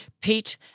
Pete